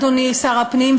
אדוני שר הפנים,